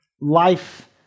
life